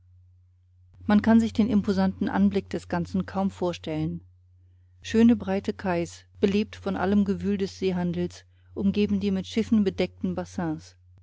man kann sich den imposanten anblick des ganzen kaum vorstellen schöne breite quais belebt von allem gewühl des seehandels umgeben die mit schiffen bedeckten